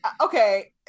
okay